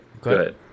Good